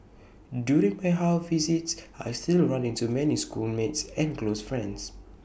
during my house visits I still run into many schoolmates and close friends